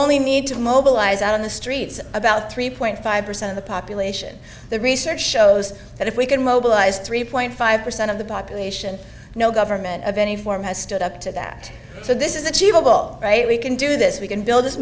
only need to mobilize on the streets about three point five percent of the population the research shows that if we can mobilize three point five percent of the population no government of any form has stood up to that so this is achievable right we can do this we can build